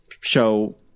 show